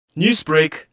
Newsbreak